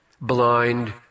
blind